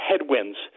headwinds